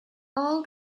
all